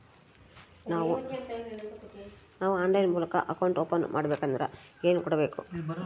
ನಾವು ಆನ್ಲೈನ್ ಮೂಲಕ account open ಮಾಡಬೇಂಕದ್ರ ಏನು ಕೊಡಬೇಕು?